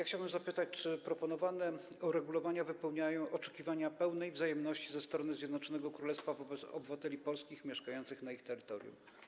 Chciałbym zapytać, czy proponowane uregulowania wypełniają oczekiwania pełnej wzajemności ze strony Zjednoczonego Królestwa wobec obywateli polskich mieszkających na ich terytorium.